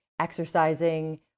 exercising